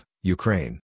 Ukraine